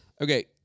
Okay